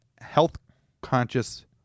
health-conscious